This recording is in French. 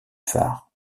phare